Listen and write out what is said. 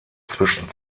zwischen